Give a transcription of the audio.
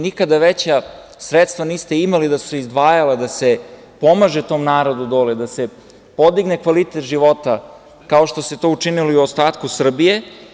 Nikada veća sredstva niste imali da su se izdvajala da se pomaže tom narodu dole, da se podigne kvalitet života, kao što se to učinilo i u ostatku Srbije.